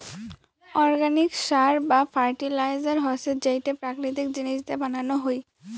organic সার বা fertiliser হসে যেইটো প্রাকৃতিক জিনিস দিয়া বানানো হই